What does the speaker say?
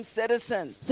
citizens